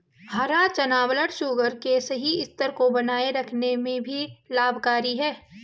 हरा चना ब्लडशुगर के सही स्तर को बनाए रखने में भी लाभकारी है